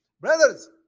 Brothers